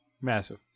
massive